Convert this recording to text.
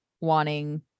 wanting